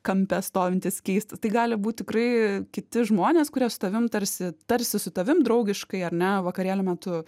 kampe stovintis keistas tai gali būt tikrai kiti žmonės kurie su tavim tarsi tarsi su tavim draugiškai ar ne vakarėlio metu